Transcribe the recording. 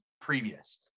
previous